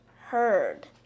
heard